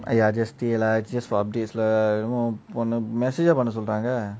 !aiya! just stay lah just for updates lah என்னமோ பண்ணு:ennamo pannu message ah பண்ண சொல்றாங்க:panna solranga